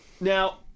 Now